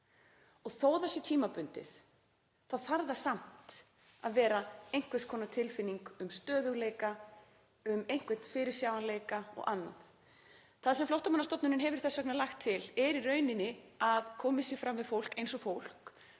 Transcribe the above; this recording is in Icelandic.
og þó að það sé tímabundið þá þarf það samt að vera einhvers konar tilfinning um stöðugleika, um einhvern fyrirsjáanleika og annað. Það sem Flóttamannastofnun hefur þess vegna lagt til er í rauninni að komið sé fram við fólk eins og fólk